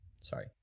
Sorry